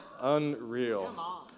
Unreal